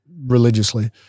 religiously